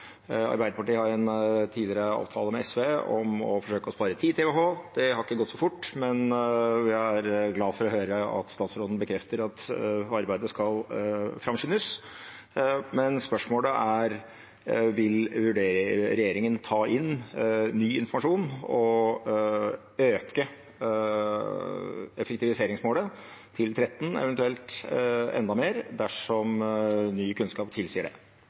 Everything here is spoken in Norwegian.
Arbeiderpartiet har en tidligere avtale med SV om å forsøke å spare 10 TWh. Det har ikke gått så fort, men vi er glad for å høre at statsråden bekrefter at arbeidet skal framskyndes. Spørsmålet er: Vil regjeringen ta inn ny informasjon og øke effektiviseringsmålet til 13 TWh, eventuelt enda mer, dersom ny kunnskap tilsier det?